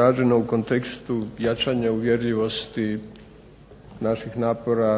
rađena u kontekstu jačanja uvjerljivosti naših napora